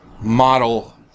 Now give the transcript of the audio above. model